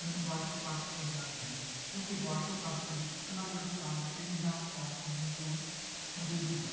ਮੈਨੂੰ water park ਚੰਗੇ ਲੱਗਦੇ ਹਨ ਕਿਉਂਕਿ ਵਾਟਰ ਪਾਰਕ ਦੇ ਵਿੱਚ ਅਲੱਗ ਅਲੱਗ ਤਰ੍ਹਾਂ ਦੇ ਤਿੰਨ ਜਾਂ ਚਾਰ ਸਵੀਮਿੰਗ ਪੂਲ ਮੌਜੂਦ ਹੁੰਦੇ ਹਨ